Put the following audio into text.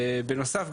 בנוסף,